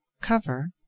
cover